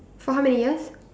for how many years